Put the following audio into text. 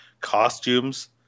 costumes